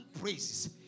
praises